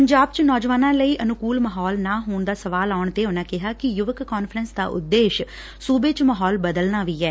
ਪੰਜਾਬ ਚ ਨੌਜਵਾਨਾਂ ਲਈ ਅਨੁਕੂਲ ਮਾਹੌਲ ਨਾ ਹੋਣ ਦਾ ਸਵਾਲ ਆਉਣ ਤੇ ਉਨੂਾਂ ਕਿਹਾ ਕਿ ਯੁਵਕ ਕਾਨਫਰੰਸ ਦਾ ਉਦੇਸ਼ ਸੂਬੇ ਚ ਮਾਹੌਲ ਬਦਲਣਾ ਵੀ ਐ